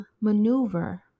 maneuver